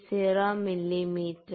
56 മൊത്തത്തിലുള്ള ശരാശരി 3